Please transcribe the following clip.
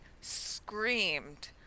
screamed